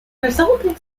resulting